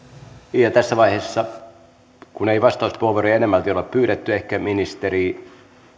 tässä vaiheessa kun ei vastauspuheenvuoroja enemmälti ole ole pyydetty ehkä ministeri